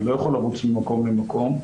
אני לא יכול לרוץ ממקום למקום.